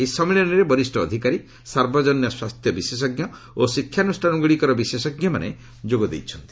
ଏହି ସମ୍ମିଳନୀରେ ବରିଷ୍କ ଅଧିକାରୀ ସାର୍ବଜନୀନ ସ୍ୱାସ୍ଥ୍ୟ ବିଶେଷଜ୍ଞ ଓ ଶିକ୍ଷାନୁଷ୍ଠାନଗୁଡ଼ିକର ବିଶେଷଜ୍ଞମାନେ ଯୋଗ ଦେଇଛନ୍ତି